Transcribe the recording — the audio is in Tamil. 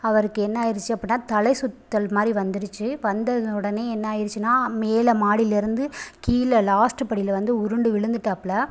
அவருக்கு என்ன ஆகிடுச்சி அப்படின்னா தலை சுற்றல் மாதிரி வந்திடுச்சு வந்த உடனே என்ன ஆகிடுச்சின்னா மேலே மாடியிலேருந்து கீழே லாஸ்ட்டு படியில் வந்து உருண்டு விழுந்துட்டாப்புல